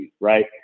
right